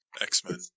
X-Men